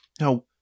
Now